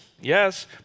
yes